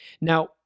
Now